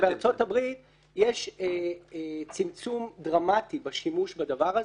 בארצות הברית יש צמצום דרמטי בשימוש בדבר הזה.